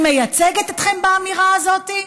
היא מייצגת אתכם באמירה הזאת,